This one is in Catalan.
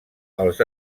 els